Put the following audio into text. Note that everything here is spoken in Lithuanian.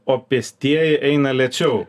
o pėstieji eina lėčiau